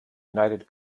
united